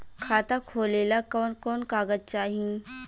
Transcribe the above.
खाता खोलेला कवन कवन कागज चाहीं?